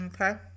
okay